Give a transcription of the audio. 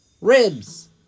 Ribs